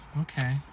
okay